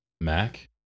Mac